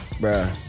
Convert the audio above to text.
bro